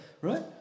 Right